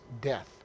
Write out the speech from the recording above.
death